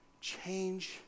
change